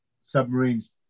submarines